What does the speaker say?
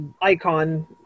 icon